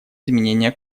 изменения